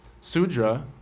sudra